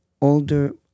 older